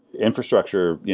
infrastructure, yeah